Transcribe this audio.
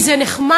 כי זה נחמד?